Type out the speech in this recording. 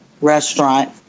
Restaurant